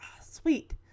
sweet